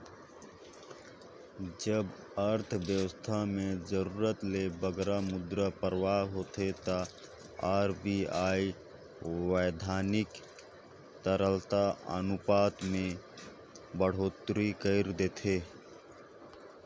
जब अर्थबेवस्था में जरूरत ले बगरा मुद्रा परवाह होथे ता आर.बी.आई बैधानिक तरलता अनुपात में बड़होत्तरी कइर देथे